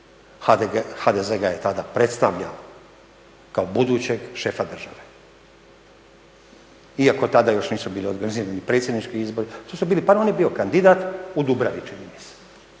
HDZ ga je tada predstavljao kao budućeg šefa države iako tako još nisu bili organizirani predsjednički izbori. To su bili, pa on je bio kandidat u …/Govornik